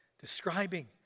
describing